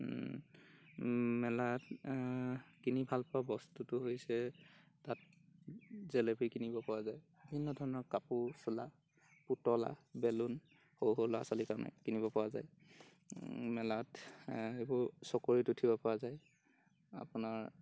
মেলাত কিনি ভালপোৱা বস্তুটো হৈছে তাত জেলেপি কিনিব পোৱা যায় বিভিন্নধৰণৰ কাপোৰ চোলা পুতলা বেলুন সৰু সৰু ল'ৰা ছোৱালীৰ কাৰণে কিনিবপৰা যায় মেলাত এইবোৰ চকৰিত উঠিবপৰা যায় আপোনাৰ